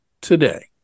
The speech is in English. today